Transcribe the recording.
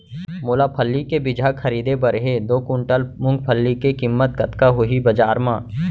मोला फल्ली के बीजहा खरीदे बर हे दो कुंटल मूंगफली के किम्मत कतका होही बजार म?